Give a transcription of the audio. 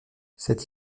cette